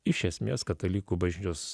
iš esmės katalikų bažnyčios